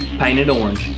paint it orange,